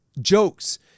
jokes